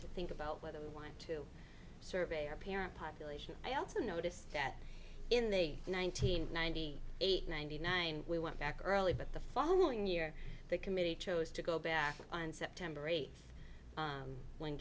to think about whether we want to survey our parent population i also noticed that in the one nine hundred ninety eight ninety nine we went back early but the following year the committee chose to go back on september eighth when